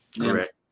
Correct